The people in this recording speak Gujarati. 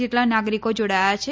જેટલા નાગરિકો જોડાયા છે